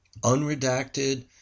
unredacted